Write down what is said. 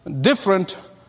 different